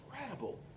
incredible